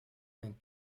mijn